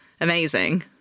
amazing